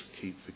keep